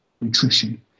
nutrition